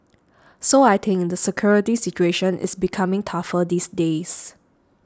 so I think the security situation is becoming tougher these days